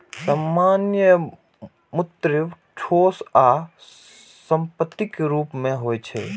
सामान मूर्त, ठोस आ संपत्तिक रूप मे होइ छै